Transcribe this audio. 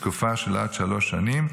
לתקופה של עד שלוש שנים,